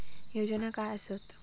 योजना काय आसत?